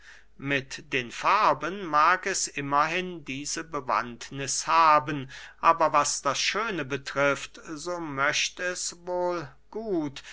mit den farben mag es immerhin diese bewandtniß haben aber was das schöne betrifft so möcht es wohl gut